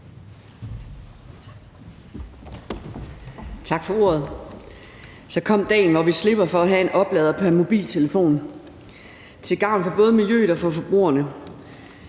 Tak for ordet. Så kom dagen, hvor vi slipper for at have en oplader pr. mobiltelefon, til gavn for både miljøet og forbrugerne.